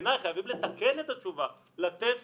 ובעיניי חייבים לתקן את התשובה לתת